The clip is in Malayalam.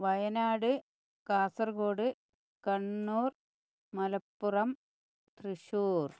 വയനാട് കാസർഗോഡ് കണ്ണൂർ മലപ്പുറം തൃശൂർ